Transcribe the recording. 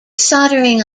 soldering